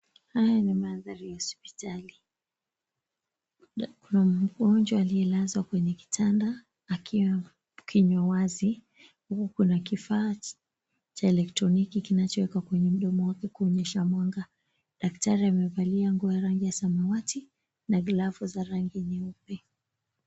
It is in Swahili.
Haya ni maanthari ya hospitali. Kuna mgonjwa amelazwa kwenye kitanda akiwa kinywa wazi huku kuna kifaa cha elektroniki kinachowekwa kwenye mdomo wake kuonyesha mwanga. Daktari amevalia nguo ya rangi ya samawati na glavu za rangi nyeupe .